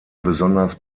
besonders